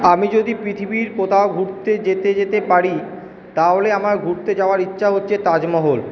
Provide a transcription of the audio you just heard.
আমি যদি পৃথিবীর কোথাও ঘুরতে যেতে যেতে পারি তাহলে আমার ঘুরতে যাওয়ার ইচ্ছে হচ্ছে তাজমহল